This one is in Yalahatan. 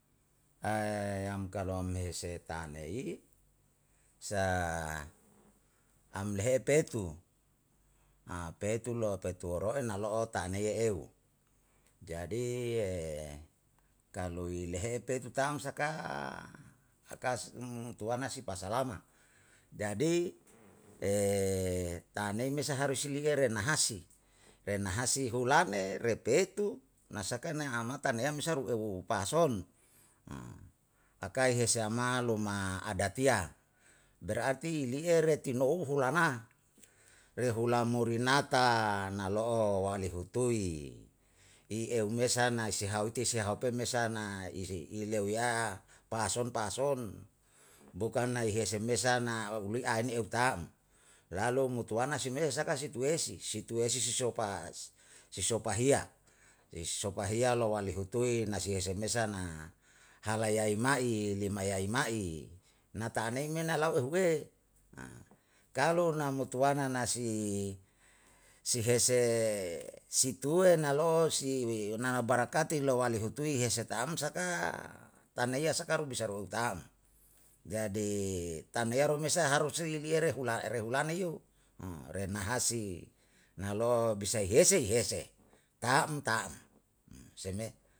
yam kalu yese tanei, sa amlehe petu, petu lo petu lowaroe nalo'o taniye eu, jadi kalui lihepe itu tam saka, saka umtuana si pasalama. Jadi tanei me saharus si le'erenahasi, renahasi hulane, retetu, na sakae na amata neyam isaru eu pason, akai hese ama luma adatiya, berarti ili'e retinou hulana, rehula murinata nalo'o walihutui i eumesana sihaute si haupe sa na ileuya pason pason, bukan nai hesemesa na uli'a ini eu tam, lalu mutuana si mesa saka situesi, situesi sisopa sisopahiya, sisophiya lou walihutui na si hesemesa na halayai ma'i, limayai ma'i, na taanei me nalau ehue. kalu na mutuana na si si hese, si tue nalo'o nana barakati lou walihutui hese tam saka tanei asakaru bisa ru'u tam. Jadi taneya mesa harus si liliyere lehula lehulane yo, ranayasi nalo'o bisa ihese, ihese tam tam, se me.